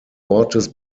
ortes